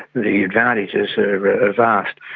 the advantages are vast.